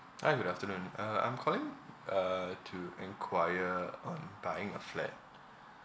hi good afternoon uh I'm calling uh to enquire on buying a flat